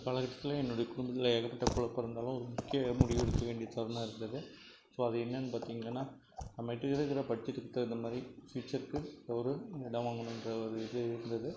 ஒரு காலகட்டத்தில் என்னோட குடும்பத்தில் ஏகப்பட்ட குழப்பம் இருந்ததால் ஒரு முக்கிய முடிவு எடுக்க வேண்டிய தருணம் இருந்தது ஸோ அது என்னன்னு பார்த்திங்கன்னா நம்மக்கிட்ட இருக்கிற பட்ஜெட்டுக்கு தகுந்தமாதிரி ஃபியூச்சருக்கு ஒரு நிலம் வாங்கணும்ன்ற ஒரு இது இருந்தது